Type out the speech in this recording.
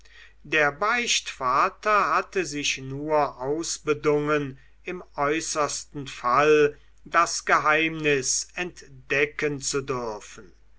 der beichtvater hatte sich nur ausbedungen im äußersten fall das geheimnis entdecken zu dürfen